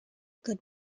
good